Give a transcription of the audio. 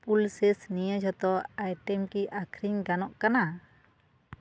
pulses ᱱᱤᱭᱟᱹ ᱡᱚᱛᱚ item ᱠᱤ ᱟᱹᱠᱷᱟᱨᱤᱧ ᱠᱤ ᱜᱟᱱᱚᱜ ᱠᱟᱱᱟ